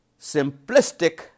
simplistic